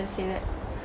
let's say that